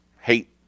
hate